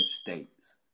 States